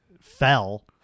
fell